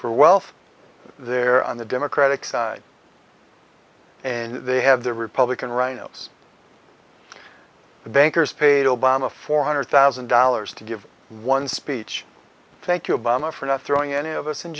for wealth there on the democratic side and they have the republican rhinos the bankers paid obama four hundred thousand dollars to give one speech thank you obama for not throwing any of us in